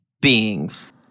beings